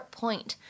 point